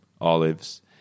olives